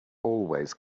always